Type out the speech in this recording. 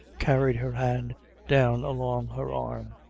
carried her hand down along her arm,